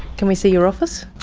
can we see your office?